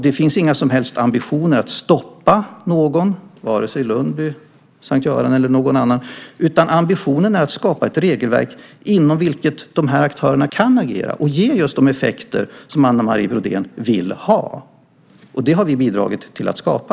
Det finns inga som helst ambitioner att stoppa någon, vare sig Lundby, Sankt Göran eller någon annan, utan ambitionen är att skapa ett regelverk inom vilket dessa aktörer kan agera så att man får just de effekter som Anne Marie Brodén talar om. Det har vi bidragit till att skapa.